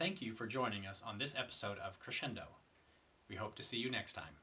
thank you for joining us on this episode of crescendo we hope to see you next time